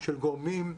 של גורמים,